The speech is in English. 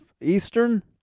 eastern